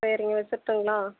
சரிங்க வச்சிட்டுங்களா